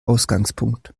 ausgangspunkt